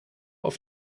auf